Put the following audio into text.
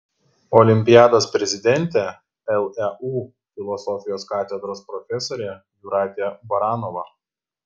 olimpiados prezidentė leu filosofijos katedros profesorė jūratė baranova